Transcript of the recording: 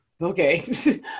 okay